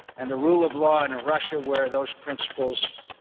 and the rule of law in russia, where those principles,